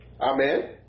Amen